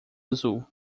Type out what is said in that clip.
azul